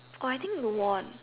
oh I think we won